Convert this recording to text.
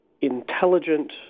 intelligent